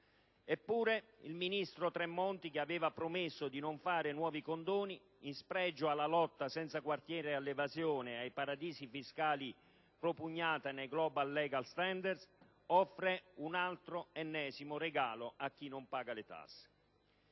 Eppure, il ministro Tremonti, che aveva promesso di non fare nuovi condoni, in spregio alla lotta senza quartiere all'evasione e ai paradisi fiscali propugnata nei *global legal standards*, offre un altro ennesimo regalo a chi non paga le tasse.